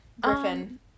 Griffin